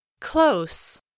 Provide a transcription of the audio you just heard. close